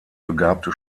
begabte